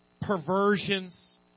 perversions